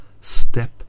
step